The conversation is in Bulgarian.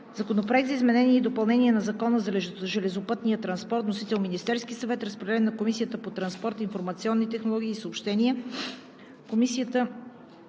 Законопроект за изменение и допълнение на Закона за железопътния транспорт. Вносител – Министерският съвет. Разпределен е на водещата Комисия по транспорт, информационни технологии и съобщения